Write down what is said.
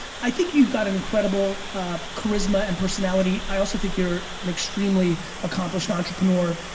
i think you've got incredible charisma and personality, i also think you're an extremely accomplished entrepreneur.